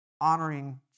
honoring